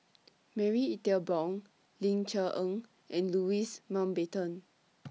Marie Ethel Bong Ling Cher Eng and Louis Mountbatten